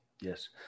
yes